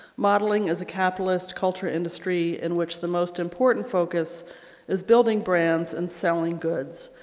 modeling is a capitalist culture industry in which the most important focus is building brands and selling goods.